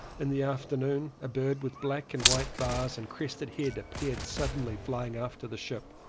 in the afternoon a bird with black and white bars and crested head appeared suddenly flying after the ship.